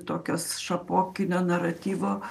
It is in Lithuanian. tokios šapokinio naratyvo